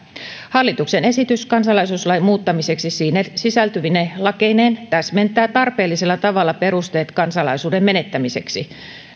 hallituksen esitys kansalaisuuslain muuttamiseksi siihen sisältyvine lakeineen täsmentää tarpeellisella tavalla perusteet kansalaisuuden menettämiseksi